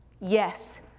Yes